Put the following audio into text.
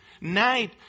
Night